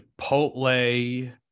Chipotle